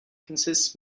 consists